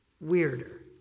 Weirder